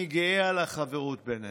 אני גאה על החברות בינינו.